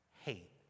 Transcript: hate